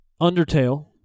Undertale